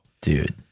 Dude